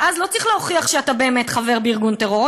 ואז לא צריך להוכיח שאתה באמת חבר בארגון טרור,